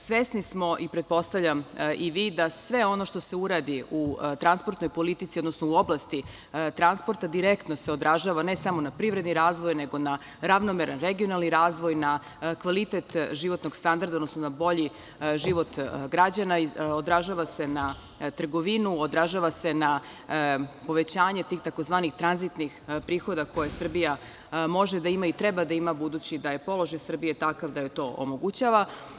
Svesni smo i pretpostavljam i vi da sve ono što se uradi u transportnoj politici, odnosno u oblasti transporta direktno se odražava, ne samo na privredni razvoj, nego na ravnomeran regionalni razvoj, na kvalitet životnog standarda, odnosno na bolji život građana i odražava se na trgovinu, odražava se na povećanje tih tzv. tranzitnih prihoda koje Srbija može da ima i treba da ima budući da je položaj Srbije takav da joj to omogućava.